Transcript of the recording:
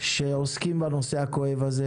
שעוסקים בנושא הכואב הזה.